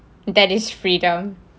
that is freedom